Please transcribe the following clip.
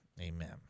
amen